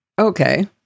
Okay